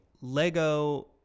Lego